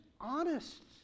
honest